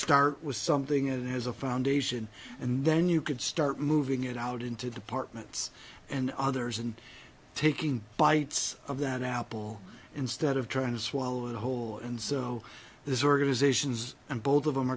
start with something it has a foundation and then you could start moving it out into departments and others and taking bites of that apple instead of trying to swallow it whole and so there's organizations and both of them